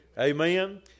Amen